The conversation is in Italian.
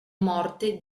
morte